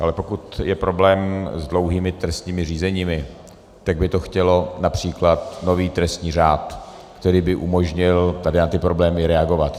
Ale pokud je problém s dlouhými trestními řízeními, tak by to chtělo např. nový trestní řád, který by umožnil tady na ty problémy reagovat.